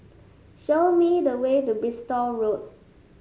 show me the way to Bristol Road